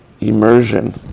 immersion